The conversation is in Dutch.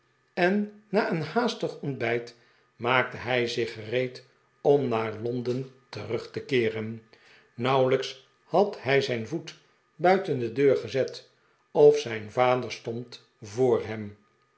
en na een haastig ontbijt maakte hij zich gereed om naar londen terug te keeren nauwelijks had hij zijn voet buiten de deur gezet of zijn vader stond voor hem